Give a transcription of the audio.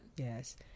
Yes